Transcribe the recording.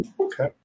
Okay